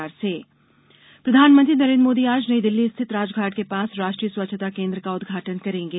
PM स्वच्छताकेन्द्र प्रधानमंत्री नरेन्द्र मोदी आज नई दिल्ली स्थित राजघाट के पास राष्ट्रीय स्वच्छता केन्द्र का उदघाटन करेंगे